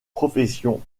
profession